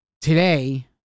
today